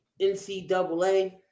NCAA